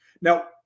Now